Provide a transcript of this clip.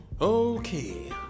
Okay